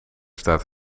staat